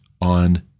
on